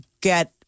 get